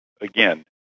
again